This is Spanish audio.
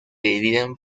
dividen